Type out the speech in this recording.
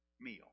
meal